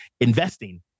investing